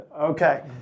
Okay